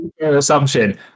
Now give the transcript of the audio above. assumption